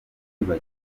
bagira